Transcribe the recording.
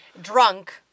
drunk